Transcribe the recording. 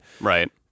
right